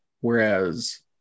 Whereas